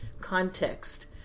context